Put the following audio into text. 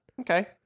Okay